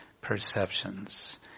perceptions